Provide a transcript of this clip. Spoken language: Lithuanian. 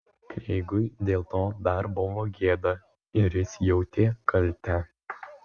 kreigui dėl to dar buvo gėda ir jis jautė kaltę